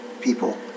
people